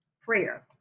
prayer